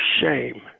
shame